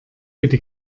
bitte